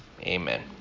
amen